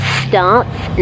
starts